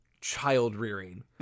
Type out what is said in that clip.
child-rearing